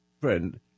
friend